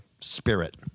spirit